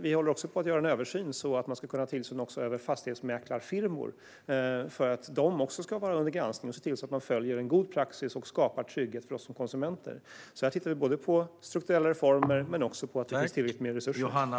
Vi håller också på att göra en översyn så att man ska kunna ha tillsyn också över fastighetsmäklarfirmor så att de ska stå under granskning och följer en god praxis och skapar trygghet för oss konsumenter. Vi tittar alltså både på strukturella reformer och på att det finns tillräckligt med resurser.